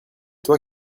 toi